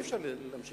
אי-אפשר,